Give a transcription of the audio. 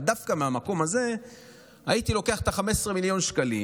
אבל דווקא מהמקום הזה הייתי לוקח את ה-15 מיליון שקלים